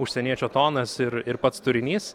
užsieniečio tonas ir ir pats turinys